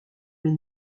mes